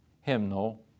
hymnal